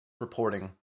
reporting